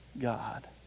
God